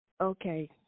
okay